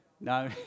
No